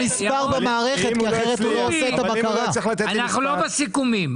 אנחנו לא בסיכומים.